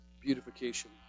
beautification